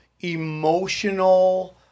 emotional